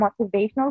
motivational